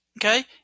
okay